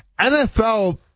NFL